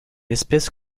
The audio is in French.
espèce